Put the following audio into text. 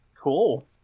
cool